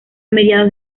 mediados